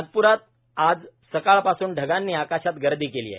नागप्रात आज सकाळ पासून ढगांनी आकाशात गर्दी केली आहे